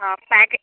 ప్యాకే